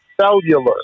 cellular